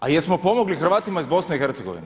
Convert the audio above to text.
A jesmo pomogli Hrvatima iz BiH?